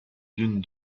dunes